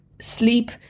Sleep